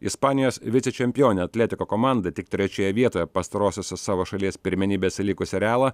ispanijos vicečempionė atletiko komanda tik trečioje vietoje pastarosiose savo šalies pirmenybėse likusį realą